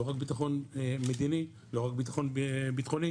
לא רק בטחון מדיני, לא רק בטחון בטחוני,